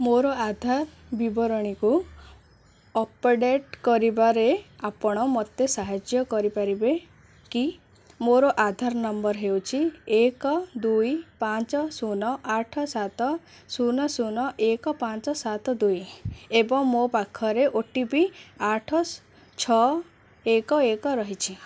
ମୋର ଆଧାର ବିବରଣୀକୁ ଅପଡ଼େଟ୍ କରିବାରେ ଆପଣ ମୋତେ ସାହାଯ୍ୟ କରିପାରିବେ କି ମୋର ଆଧାର ନମ୍ବର ହେଉଛି ଏକ ଦୁଇ ପାଞ୍ଚ ଶୂନ ଆଠ ସାତ ଶୂନ ଶୂନ ଏକ ପାଞ୍ଚ ସାତ ଦୁଇ ଏବଂ ମୋ ପାଖରେ ଓ ଟି ପି ଆଠ ଛଅ ଏକ ଏକ ରହିଛି